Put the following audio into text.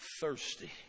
thirsty